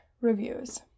reviews